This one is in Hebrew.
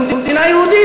אנחנו מדינה יהודית.